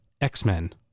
X-Men